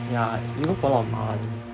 ya it worth a lot of money